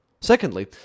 Secondly